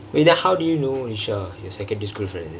wait then how do you know nisha your secondary school friend is it